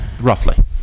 Roughly